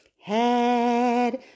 Head